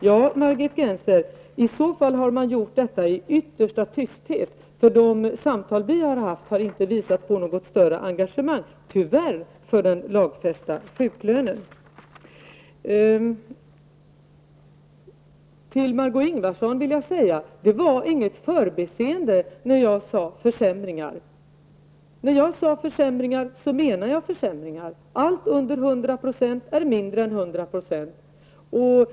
Ja, Margit Gennser, i så fall har man gjort detta under yttersta tystnad. De samtal vi har fört har tyvärr inte visat på något större engagemang för den lagfästa sjuklönen. Till Margó Ingvardsson: Det var inget förbiseende när jag sade försämringar. När jag sade försämringar menade jag försämringar. Allt under 100 % är mindre än 100 %.